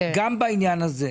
גם בעניין הזה.